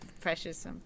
precious